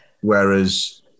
whereas